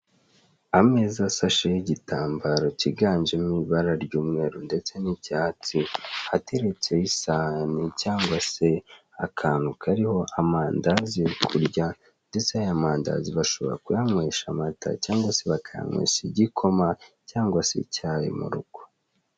Ameza asasheho igitambaro cyiganjemo ibara ry'umweru ndetse n'icyatsi, ateretseho isahani cyangwa se akantu kariho amandazi yo kurya ndetse aya mandazi bashobora kuyanywesha amata cyangwa se igikoma cyangwa se icyayi m'urugo.